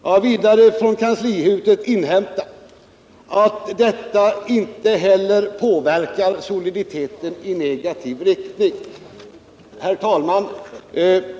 Jag har vidare inhämtat från kanslihuset att ett villkorslån inte heller påverkar soliditeten i negativ riktning. Herr talman!